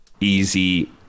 easy